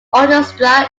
orchestra